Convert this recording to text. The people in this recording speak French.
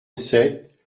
sept